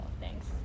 thanks